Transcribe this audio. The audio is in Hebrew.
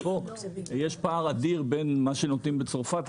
יש פער אדיר בין מה שנותנים בצרפת,